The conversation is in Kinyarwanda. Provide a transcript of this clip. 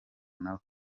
nawe